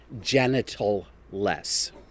genital-less